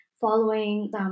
following